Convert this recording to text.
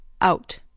out